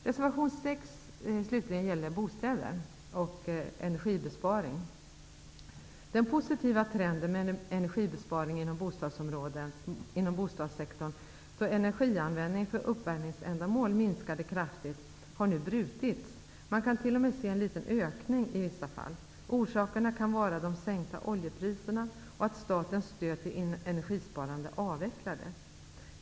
Reservation nr 6 slutligen gäller bostäder och energibesparing. Den positiva trenden med energibesparing inom bostadssektorn, då energianvändningen för uppvärmningsändamål minskade kraftigt, har nu brutits. Man kan t.o.m. se en liten ökning i vissa fall. Orsakerna kan vara de sänkta oljepriserna och att statens stöd till energisparande avvecklades.